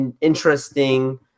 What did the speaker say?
interesting